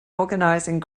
organizing